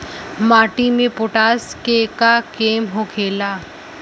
माटी में पोटाश के का काम होखेला?